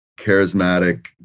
charismatic